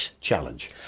Challenge